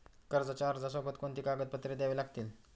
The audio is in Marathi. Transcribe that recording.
कर्जाच्या अर्जासोबत कोणती कागदपत्रे द्यावी लागतील?